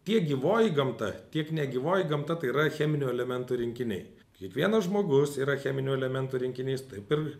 tiek gyvoji gamta tiek negyvoji gamta tai yra cheminių elementų rinkiniai kiekvienas žmogus yra cheminių elementų rinkinys taip ir